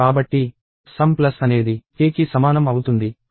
కాబట్టి sum plus అనేది k కి సమానం అవుతుంది